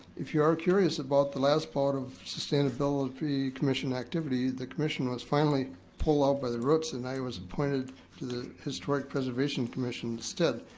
if you are curious about the last part of sustainability commission activity, the commission was finally pulled out by the roots and i was appointed to the historic preservation commission instead.